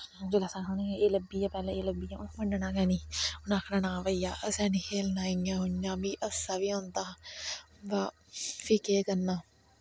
समझी लैओ स्हानू एह् लब्भिया पैह्लैं एह् लब्भिया ओ मन्नन गै नी उनैं आखना ना भाईया असें नी खेलना इयां उआं मीं हास्सा बी औंदा हा व फ्ही केह् करना